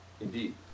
Indeed